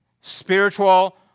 Spiritual